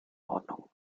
ordnung